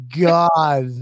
God